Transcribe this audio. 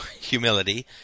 humility